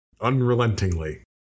unrelentingly